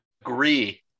agree